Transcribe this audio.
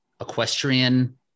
equestrian